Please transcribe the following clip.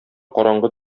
караңгы